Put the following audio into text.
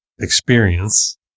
experience